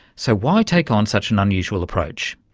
so, why take on such an unusual approach?